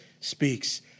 speaks